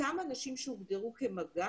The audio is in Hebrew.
אותם אנשים שהוגדרו כמגע,